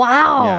Wow